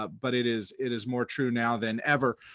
ah but it is it is more true now than ever.